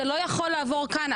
זה לא יכול לעבור כאן.